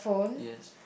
yes